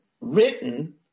written